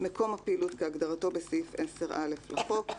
"מקום הפעילות" כהגדרתו בסעיף 10(א) לחוק,